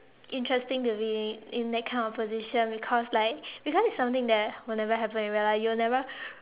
interesting to be in that kind of position because like because it's something that will never happen in real life you will never